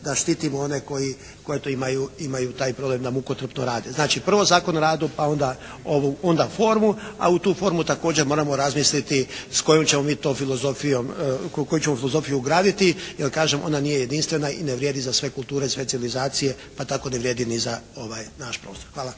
da štitimo one koji eto imaju taj problem da mukotrpno rade. Znači prvo Zakon o radu pa onda formu, a u tu formu također moramo razmisliti s kojom ćemo mi to filozofijom, koju ćemo filozofiju ugraditi jer kažem ona nije jedinstvena i ne vrijedi za sve kulture, sve civilizacije pa tako ne vrijedi i za ovaj naš prostor. Hvala.